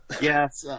Yes